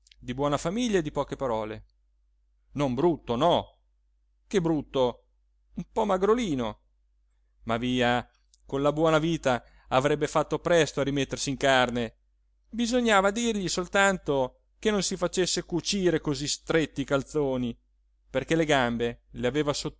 di buona famiglia e di poche parole non brutto no che brutto un po magrolino ma via con la buona vita avrebbe fatto presto a rimettersi in carne bisognava dirgli soltanto che non si facesse cucire così stretti i calzoni perché le gambe